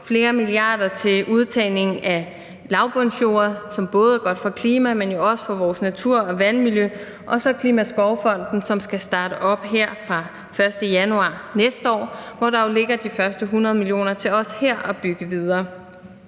flere milliarder til udtagning af lavbundsjorder, som både er godt for klimaet, men jo også for vores natur og vandmiljø; og så er der Klimaskovfonden, som skal starte op her fra 1. januar næste år, hvor der jo ligger de første 100 mio. kr. til også her at bygge videre.